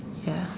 ya